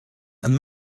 and